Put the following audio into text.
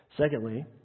Secondly